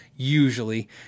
usually